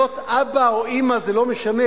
להיות אבא או אמא זה לא משנה,